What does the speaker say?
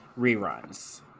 reruns